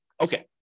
Okay